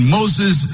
Moses